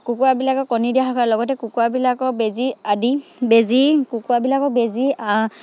কুকুৰাবিলাকে কণী দিয়া হয় লগতে কুকুৰাবিলাকৰ বেজী আদি বেজী কুকুৰাবিলাকক বেজী